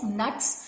nuts